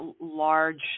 large